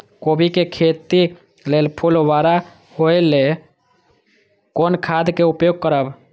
कोबी के खेती लेल फुल बड़ा होय ल कोन खाद के उपयोग करब?